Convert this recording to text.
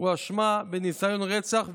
הואשמה בניסיון רצח,